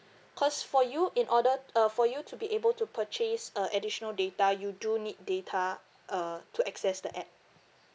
because for you in order to uh for you to be able purchase uh additional data you do need data uh to access the app